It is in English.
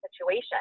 situation